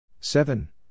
Seven